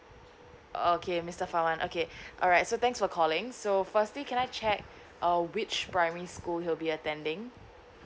okay mister farwan okay alright so thanks for calling so firstly can I check uh which primary school he'll be attending